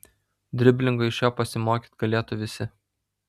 driblingo iš jo pasimokyt galėtų visi